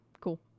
Cool